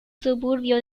suburbio